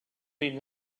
been